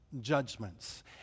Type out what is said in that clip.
judgments